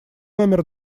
номер